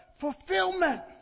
Fulfillment